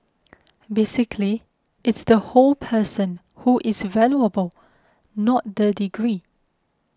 basically it's the whole person who is valuable not the degree